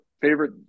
favorite